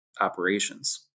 operations